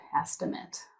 estimate